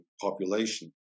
population